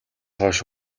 хойш